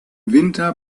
winter